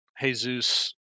Jesus